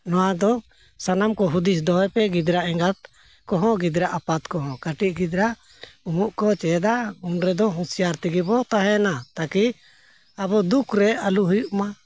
ᱱᱚᱣᱟ ᱫᱚ ᱥᱟᱱᱟᱢ ᱠᱚ ᱦᱩᱫᱤᱥ ᱫᱚᱦᱚᱭ ᱯᱮ ᱜᱤᱫᱽᱨᱟᱹ ᱮᱸᱜᱟᱛ ᱠᱚᱦᱚᱸ ᱜᱤᱫᱽᱨᱟᱹ ᱟᱯᱟᱛ ᱠᱚᱦᱚᱸ ᱠᱟᱹᱴᱤᱡ ᱜᱤᱫᱽᱨᱟᱹ ᱩᱢᱩᱜ ᱠᱚ ᱪᱮᱫᱟ ᱩᱱ ᱨᱮᱫᱚ ᱦᱩᱥᱤᱭᱟᱨ ᱛᱮᱜᱮᱵᱚᱱ ᱛᱟᱦᱮᱱᱟ ᱛᱟᱹᱠᱤ ᱟᱵᱚ ᱫᱩᱠ ᱨᱮ ᱟᱞᱚ ᱦᱩᱭᱩᱜᱼᱢᱟ